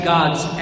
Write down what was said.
God's